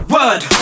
Word